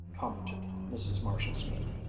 commented mrs. marshall-smith.